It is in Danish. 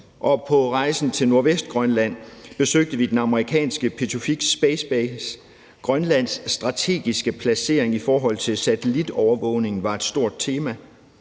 på rejsen til Nordvestgrønland besøgte vi den amerikanske Pituffik Space Base, og Grønlands strategiske placering i forhold til satellitovervågning var et stort tema,